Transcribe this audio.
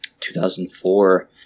2004